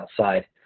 outside